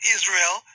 Israel